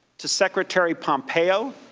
to secretary pompeo,